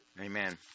Amen